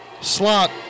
slot